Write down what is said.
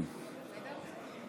אדוני היושב-ראש,